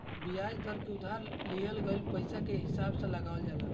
बियाज दर के उधार लिहल गईल पईसा के हिसाब से लगावल जाला